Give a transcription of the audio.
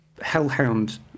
hellhound